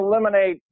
eliminate